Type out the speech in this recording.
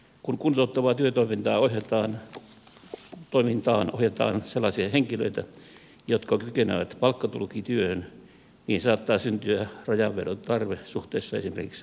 kun kuntouttavaan työtoimintaan ohjataan sellaisia henkilöitä jotka kykenevät palkkatukityöhön niin saattaa syntyä rajanvedon tarve suhteessa esimerkiksi palkkatukityöpaikkoihin